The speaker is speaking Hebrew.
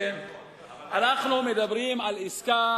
אנחנו מדברים על עסקה